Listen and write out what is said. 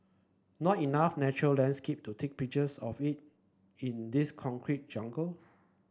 not enough natural landscape to take pictures of it in this concrete jungle